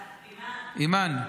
אימאן.